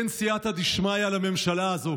אין סייעתא דשמיא לממשלה הזאת,